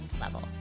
level